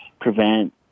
prevent